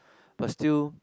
but still